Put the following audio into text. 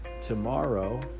tomorrow